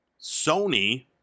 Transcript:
Sony